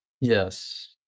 Yes